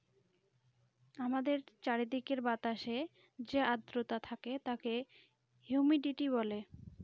আমাদের চারিদিকের বাতাসে যে আদ্রতা থাকে তাকে হিউমিডিটি বলে